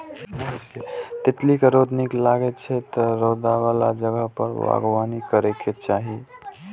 तितली कें रौद नीक लागै छै, तें रौद बला जगह पर बागबानी करैके चाही